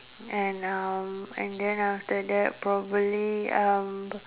and uh and then after that probably um